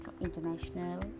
international